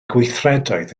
gweithredoedd